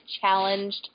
challenged